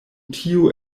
tio